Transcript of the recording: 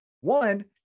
one